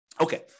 Okay